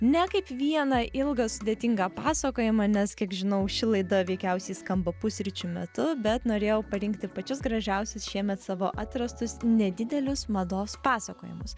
ne kaip vieną ilgą sudėtingą pasakojimą nes kiek žinau ši laida veikiausiai skamba pusryčių metu bet norėjau parinkti pačius gražiausius šiemet savo atrastus nedidelius mados pasakojimus